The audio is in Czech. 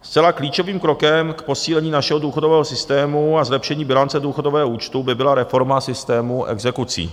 Zcela klíčovým krokem k posílení našeho důchodového systému a zlepšení bilance důchodového účtu by byla reforma systému exekucí.